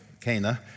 Cana